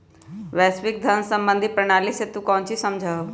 वैश्विक धन सम्बंधी प्रणाली से तू काउची समझा हुँ?